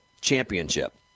championship